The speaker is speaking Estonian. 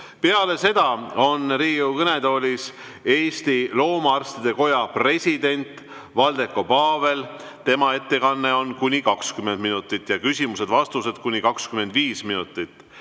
Pärast seda on Riigikogu kõnetoolis Eesti Loomaarstide Koja president Valdeko Paavel, tema ettekanne on kuni 20 minutit ja küsimused‑vastused on kuni 25 minutit.